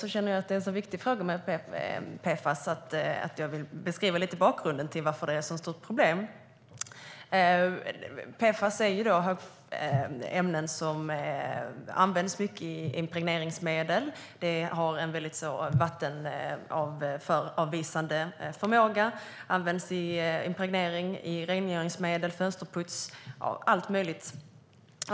Jag känner att det här med PFAS är en så viktig fråga att jag lite grann vill beskriva bakgrunden till att det är ett så stort problem. PFAS är alltså ämnen som används mycket i impregneringsmedel. Dessa ämnen har en vattenavvisande förmåga och används även i rengöringsmedel, fönsterputs och allt möjligt.